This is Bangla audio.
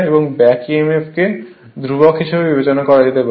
এবং ব্যাক Emf কে ধ্রুবক হিসাবে বিবেচনা করা যেতে পারে